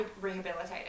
rehabilitated